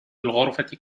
الغرفة